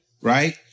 Right